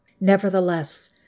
Nevertheless